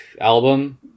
Album